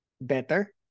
better